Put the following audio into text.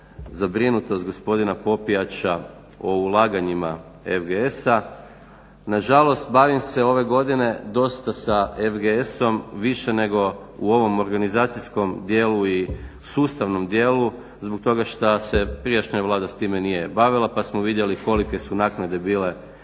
zabrinutost gospodina Popijača o ulaganjima FGS-a. nažalost bavim se ove godine dosta sa FGS više nego u ovom organizacijskom djelu i sustavnom djelu zbog toga šta se prijašnja Vlada s time nije bavila pa smo vidjeli kolike su naknade bile